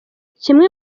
kimwe